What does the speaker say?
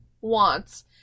wants